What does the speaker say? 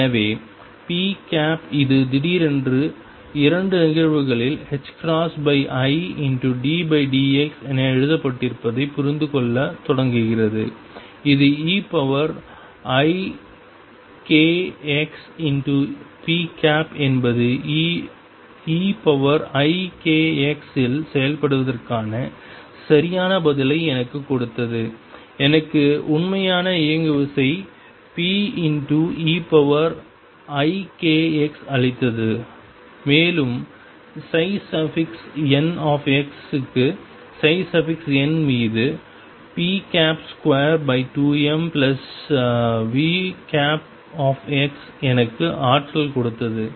எனவே p இது திடீரென்று இரண்டு நிகழ்வுகளில் iddx என எழுதப்பட்டிருப்பதைப் புரிந்துகொள்ளத் தொடங்குகிறது இது eikx p என்பது eikx இல் செயல்படுவதற்கான சரியான பதிலை எனக்குக் கொடுத்தது எனக்கு உண்மையான இயங்குவிசை peikx அளித்தது மேலும் n க்கு n மீது p22mVx எனக்குக் ஆற்றல் கொடுத்தது